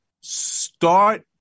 start